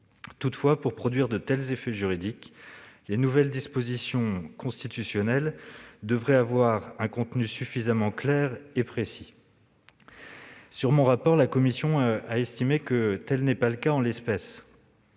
Toutefois, pour produire de tels effets juridiques, les nouvelles dispositions constitutionnelles devraient avoir un contenu suffisamment clair et précis. Sur mon rapport, la commission a estimé que, en l'espèce,